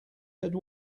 had